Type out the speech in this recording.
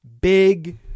big